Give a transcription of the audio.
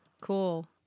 cool